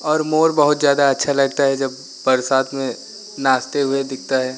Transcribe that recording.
और मोर बहुत ज़्यादा अच्छा लगता है जब बरसात में नाचते हुए दिखता है